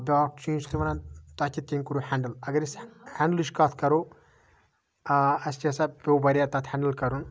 بیاکھ چیٖز چھُ تِمَن تۄہہِ کِتھ کٔنۍ کوٚروُ ہٮ۪نڈٔل اَگر أسۍ ہٮ۪نڈلٕچ کَتھ کَرو أسۍ چھِ یَژھان پیوٚو واریاہ تَتھ ہٮ۪نڈٔل کَرُن